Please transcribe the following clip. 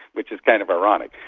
which is kind of ironic.